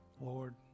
Lord